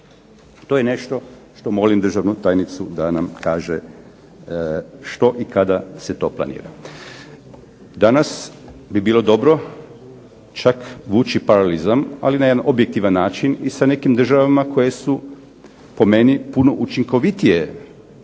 To je nešto što molim državnu tajnicu da nam kaže što i kada se to planira. Danas bi bilo dobro čak vući …/Ne razumije se./…, ali na jedan objektivan način i sa nekim državama koje su po meni puno učinkovitije radile